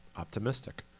optimistic